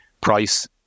price